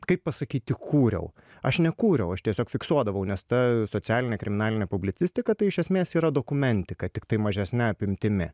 kaip pasakyti kūriau aš nekūriau aš tiesiog fiksuodavau nes ta socialinė kriminalinė publicistika tai iš esmės yra dokumentika tiktai mažesne apimtimi